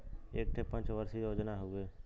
एक ठे पंच वर्षीय योजना हउवे